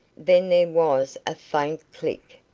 then there was a faint click,